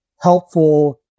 helpful